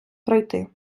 пройти